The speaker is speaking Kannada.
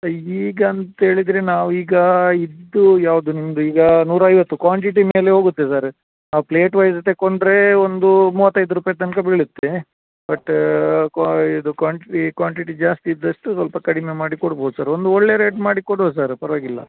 ಈಗಂತ ಹೇಳಿದ್ರೆ ನಾವು ಈಗ ಇದು ಯಾವುದು ನಿಮ್ಮದು ಈಗ ನೂರೈವತ್ತು ಕ್ವಾಂಟಿಟಿ ಮೇಲೆ ಹೋಗುತ್ತೆ ಸರ ನಾವು ಪ್ಲೇಟ್ ವೈಸ್ ತೆಕೊಂಡರೆ ಒಂದು ಮೂವತ್ತೈದು ರೂಪಾಯಿ ತನಕ ಬೀಳುತ್ತೆ ಬಟ್ ಕ್ವ ಇದು ಕ್ವಾಂಟಿಟಿ ಕ್ವಾಂಟಿಟಿ ಜಾಸ್ತಿ ಇದ್ದಷ್ಟು ಸ್ವಲ್ಪ ಕಡಿಮೆ ಮಾಡಿ ಕೊಡ್ಬೋದು ಸರ ಒಂದು ಒಳ್ಳೆಯ ರೇಟ್ ಮಾಡಿ ಕೊಡುವ ಸರ್ ಪರವಾಗಿಲ್ಲ